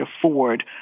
afford